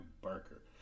Barker